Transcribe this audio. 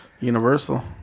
Universal